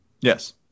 Yes